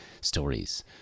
stories